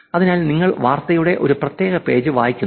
അതിനാൽ നിങ്ങൾ വാർത്തയുടെ ഒരു പ്രത്യേക പേജ് വായിക്കുന്നു